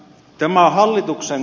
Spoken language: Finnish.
tämä hallituksen